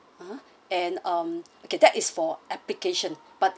ah and um okay that is for application but